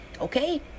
okay